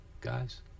guys